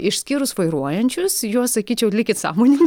išskyrus vairuojančius juos sakyčiau likit sąmoningi